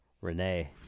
Renee